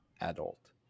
adult